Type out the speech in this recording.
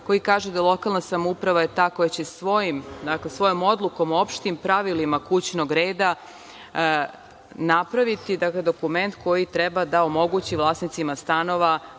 koji kaže da lokalna samouprava je ta koja će svojom odlukom o opštim pravilima kućnog reda napraviti dokument koji treba da omogući vlasnicima stanova